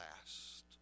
last